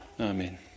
Amen